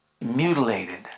mutilated